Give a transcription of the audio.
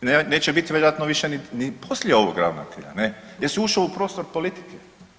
Neće biti vjerojatno više ni poslije ovog ravnatelja ne, jer si ušao u prostor politike.